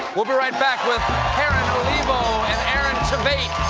we'll be right back with karen olivo and aaron tveit